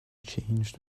changed